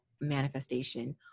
manifestation